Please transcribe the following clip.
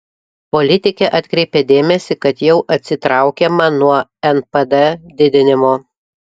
politikė atkreipė dėmesį kad jau atsitraukiama nuo npd didinimo